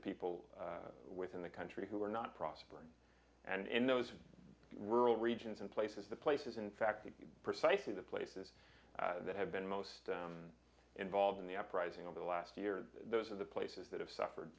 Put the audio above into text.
people within the country who are not prospering and in those rural regions and places the places in fact precisely the places that have been most involved in the uprising over the last year those are the places that have suffered